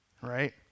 right